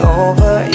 over